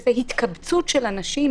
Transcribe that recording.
שזה התקבצות של אנשים,